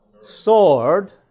Sword